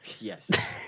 Yes